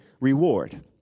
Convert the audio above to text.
reward